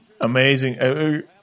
Amazing